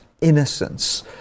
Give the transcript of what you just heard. innocence